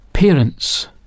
Parents